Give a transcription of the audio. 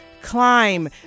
climb